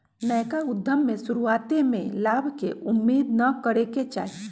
नयका उद्यम में शुरुआते में लाभ के उम्मेद न करेके चाही